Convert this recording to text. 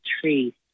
three